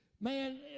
Man